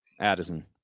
Addison